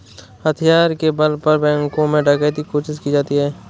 हथियार के बल पर बैंकों में डकैती कोशिश की जाती है